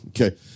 Okay